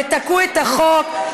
ותקעו את החוק,